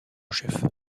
chef